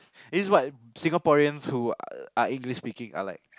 this is what Singaporeans who are English speaking are like